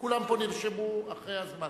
כולם פה נרשמו אחרי הזמן.